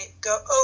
go